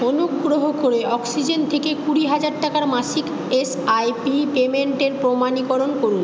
অনুগ্রহ করে অক্সিজেন থেকে কুড়ি হাজার টাকার মাসিক এসআইপি পেমেন্টের প্রমাণীকরণ করুন